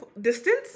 distance